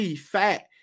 fat